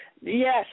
Yes